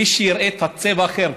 מי שיראה את הצבע האחר,